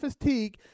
fatigue